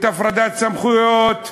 את הפרדת סמכויות,